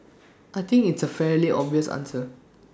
I think it's A fairly obvious answer